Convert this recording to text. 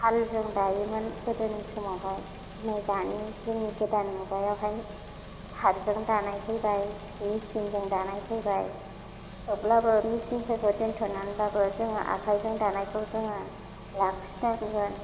सालजों दायोमोन गोदोनि समावहाय नै दानि जोंनि गोदान मुगायावहाय थारजों दानाय फैबाय मेसिनजों दानाय फैबाय थेवब्लाबो मेसिनफ्रखौ दोन्थ'नानैब्लाबो जोङो आखायजों दानायखौ जोङो लाखिनांगोन